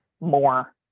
more